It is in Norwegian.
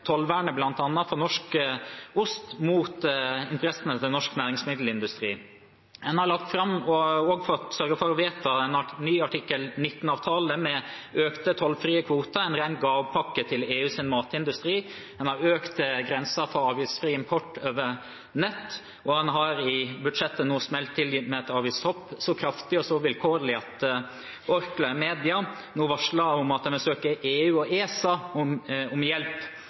tollvernet, bl.a. for norsk ost, mot interessene til norsk næringsmiddelindustri. En har lagt fram og også sørget for å få vedtatt en ny artikkel 19-avtale med økte tollfrie kvoter – en ren gavepakke til EUs matindustri. En har hevet grensen for avgiftsfri import over nett. Og en har i budsjettet nå smelt til med et avgiftshopp så kraftig og så vilkårlig at Orkla varsler i media at de vil søke EU og ESA om hjelp